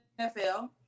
NFL